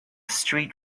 street